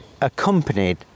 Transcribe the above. accompanied